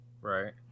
Right